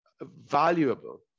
valuable